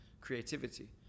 creativity